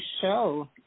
show